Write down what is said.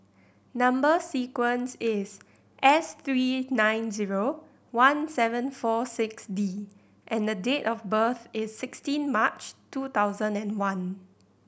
number sequence is S three nine zero one seven four six D and date of birth is sixteen March two thousand and one